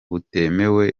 butemewe